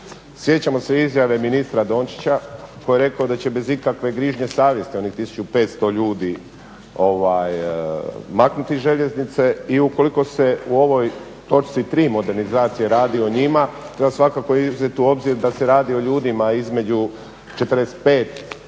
Sjećamo se izjave ministra Dončića koji je rekao da će bez ikakve grižnje savjesti onih 1500 ljudi maknuti iz željeznice i ukoliko se u ovoj točci 3. modernizacije radi o njima, treba svakako uzeti u obzir da se radi o ljudima između 45 pa